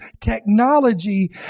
technology